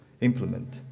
implement